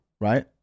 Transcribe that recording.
right